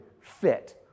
fit